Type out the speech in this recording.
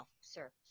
sir